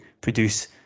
produce